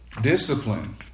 discipline